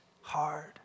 hard